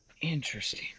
Interesting